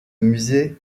musée